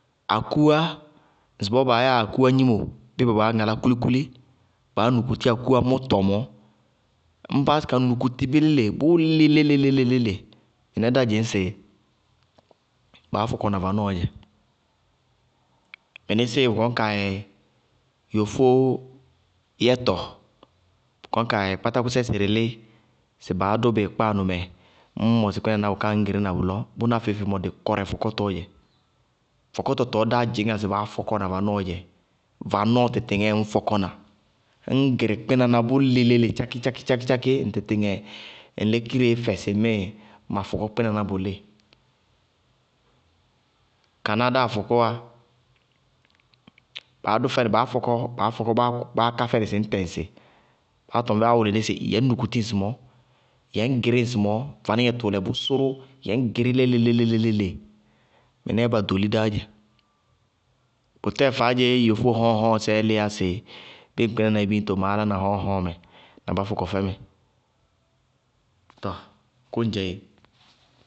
Akúwá, ŋsɩbɔɔ baa yáa akúwá gnimo. Bɩɩ bɔɔ baá ŋalá kúlikúli, baá nukuti akúwá mʋtɔ mɔɔ, ññ báásɩ ka nukuti bɩ léle-léle, bʋʋ lɩ léle, mɩnɛɛ dá dzɩñŋsɩ baá fɔkɔ na vanɔɔdzɛ. Mɩnɩsɩɩ bʋ kɔñ kaa yɛ yofó yɛtɔ, bʋ kɔñ kaa yɛ, kpátákʋsɛ sɩrɩ lɩɩ, sɩ baá dʋ bɩ kpáanʋmɛ, ññ mɔsɩ kpɩnaná bʋká ŋñ gɩrɩ na bʋlɔ. Bʋná feé-feé mɔ, dɩkɔrɛ fɔkɔtɔɔdzɛ. Kɔkɔtɔ tɔɔ dáá dzɩñŋá sɩ baá fɔkɔ na vanɔɔdzɛ. Vanɔɔ tɩɩtɩŋɛɛ ŋñ fɔkɔ na. Ññ gɩrɩ kpɩnaná bʋ lɩ léle tchakɩ-tchakɩ- tchakɩ ŋ tɩtɩŋɛ ŋ lékireé fɛ sɩŋmɩɩ má fɔkɔ kpɩnaná bʋlɩɩ. Kaná dáa fɔkɔwa, baá dʋ fɛnɩ baá fɔkɔ, báá ká fɛnɩ sɩ ñ tɛŋsɩ. Báá tɔŋ báá wʋlɩ nɩ sɩ yɛ ŋñ nukuti ŋsɩmɔɔ, yɛ ŋñ gɩrɩ ŋsɩmɔɔ vanɩŋɛ tʋʋlɛ bʋ sʋrʋ, yɛ ŋñ gɩrɩ léle-léle. Mɩnɛɛ ba ɖoli dáá dzɛ. Bʋtɛɛ faádze yofó hɔɔɔŋ-hɔɔɔŋsɛɛ lɩyá sɩ bɩɩ ŋ hɔkpɩnaná yɛ biñto sɩ maá laná hɔɔɔŋ-hɔɔɔŋmɛ na bá fɔkɔ fɛmɛ. Tɔɔ kʋŋdzɛ éé.